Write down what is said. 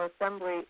Assembly